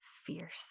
fierce